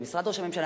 במשרד ראש הממשלה,